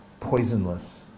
poisonless